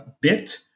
bit